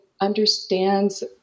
understands